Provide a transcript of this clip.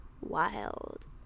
wild